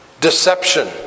deception